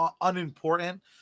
unimportant